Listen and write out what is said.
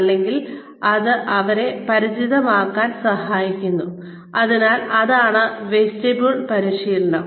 അതിനാൽ അത് അവരെ പരിചിതമാകാൻ സഹായിക്കുന്നു അതിനാൽ അതാണ് വെസ്റ്റിബ്യൂൾ പരിശീലനം